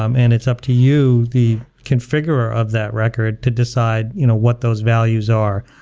um and it's up to you, the configuror of that record to decide you know what those values are,